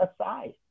aside